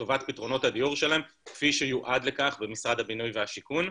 לטובת פתרונות הדיור שלהם כפי שיועד לכך במשרד הבינוי והשיכון.